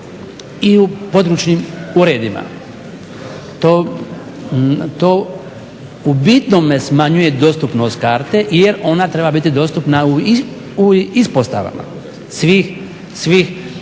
i u područnim urednima. To u bitnome smanjuje dostupnost karte jer ona treba biti dostupna u ispostavama svih